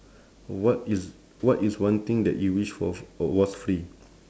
what is what is one thing that you wish w~ was free